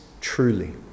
truly